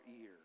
ear